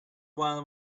one